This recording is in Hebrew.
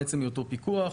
מעצם היותו פיקוח,